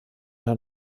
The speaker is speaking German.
der